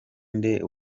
nde